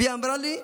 והיא אמרה לי: